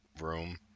room